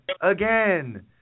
again